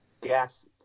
Gas